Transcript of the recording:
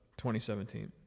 2017